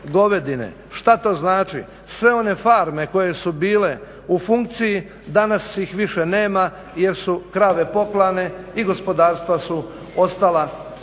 Šta to znači? Sve one farme koje su bile u funkciji danas ih više nema jer su krave poklane i gospodarstva su ostala bez